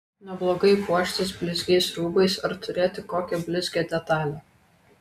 neblogai puoštis blizgiais rūbais ar turėti kokią blizgią detalę